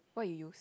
what you use